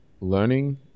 learning